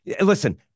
listen